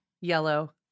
Yellow